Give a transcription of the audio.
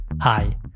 Hi